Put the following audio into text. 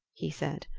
he said.